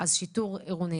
מגיע שיטור עירוני